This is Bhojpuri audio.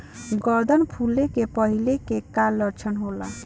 गर्दन फुले के पहिले के का लक्षण होला?